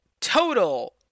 Total